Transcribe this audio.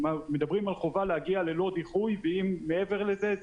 מדברים על חובה להגיע ללא דיחוי ואם מעבר לזה,